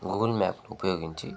Google map ఉపయోగించి